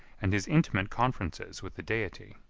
and his intimate conferences with the deity.